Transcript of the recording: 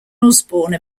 osbourne